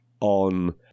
on